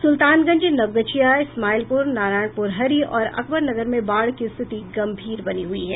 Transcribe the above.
सुल्तानगंज नवगछिया इस्माइलपुर नारायणपुर हरी और अकबर नगर में बाढ़ की स्थिति गंभीर बनी हयी है